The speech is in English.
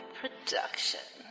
production